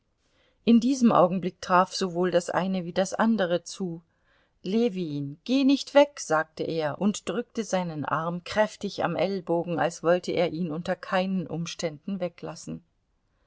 in diesem augenblick traf sowohl das eine wie das andere zu ljewin geh nicht weg sagte er und drückte seinen arm kräftig am ellbogen als wollte er ihn unter keinen umständen weglassen